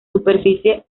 superficie